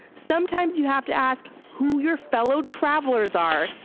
sometimes you have to ask who your fellow travelers are,